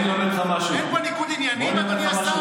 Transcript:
אין פה ניגוד עניינים, אדוני השר?